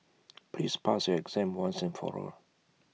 please pass your exam once and for all